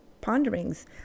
ponderings